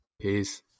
Peace